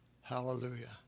Hallelujah